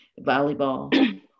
Volleyball